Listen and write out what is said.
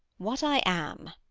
what i am,